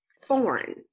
foreign